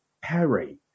perry